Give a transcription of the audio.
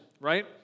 right